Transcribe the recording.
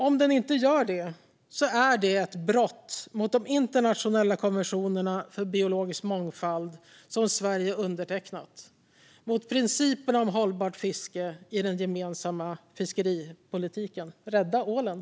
Om den inte gör det är det ett brott mot de internationella konventioner för biologisk mångfald som Sverige har undertecknat och mot principerna om hållbart fiske i den gemensamma fiskeripolitiken. Rädda ålen!